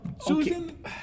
Susan